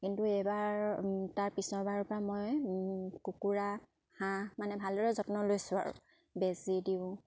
কিন্তু এইবাৰ তাৰ পিছৰবাৰৰ পৰা মই কুকুৰা হাঁহ মানে ভালদৰে যত্ন লৈছোঁ আৰু বেজি দিওঁ